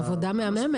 עבודה מהממת.